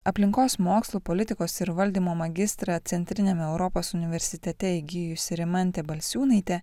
aplinkos mokslų politikos ir valdymo magistrą centriniame europos universitete įgijusi rimantė balsiūnaitė